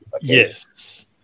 Yes